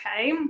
Okay